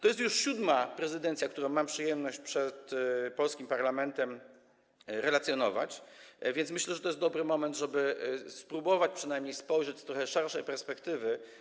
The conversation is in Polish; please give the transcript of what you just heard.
To już jest siódma prezydencja, którą mam przyjemność przed polskim parlamentem relacjonować, więc myślę, że jest to dobry moment, żeby spróbować przynajmniej spojrzeć na tę kwestię z trochę szerszej perspektywy.